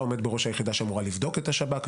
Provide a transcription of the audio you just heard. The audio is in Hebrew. עומד בראש היחידה שאמורה לבדוק את השב"כ,